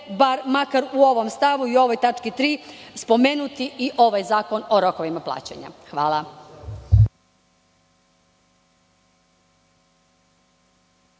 ovde, u ovom stavu i ovoj tački 3. spomenuti i ovaj zakon o rokovima plaćanja. Hvala.